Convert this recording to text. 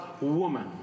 woman